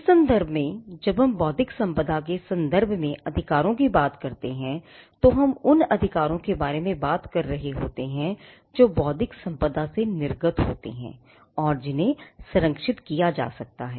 इस संदर्भ में जब हम बौद्धिक संपदा के सन्दर्भ में अधिकारों के बारे में बात करते हैं तो हम उन अधिकारों के बारे में बात कर रहे होते हैं जो बौद्धिक संपदा से निर्गत होते हैं और जिन्हें संरक्षित किया जा सकता है